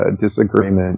disagreement